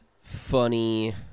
funny